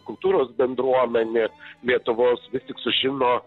kultūros bendruomenė lietuvos vis tik sužino